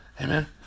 amen